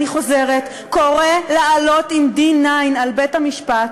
אני חוזרת: קורא לעלות עם 9D על בית-המשפט,